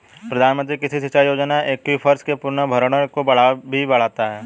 प्रधानमंत्री कृषि सिंचाई योजना एक्वीफर्स के पुनर्भरण को भी बढ़ाता है